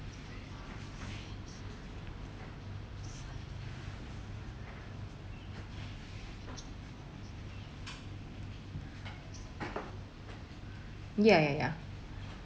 ya ya ya